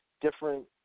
different